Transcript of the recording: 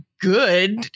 good